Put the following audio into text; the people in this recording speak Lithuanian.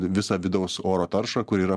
visą vidaus oro taršą kur yra